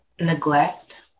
Neglect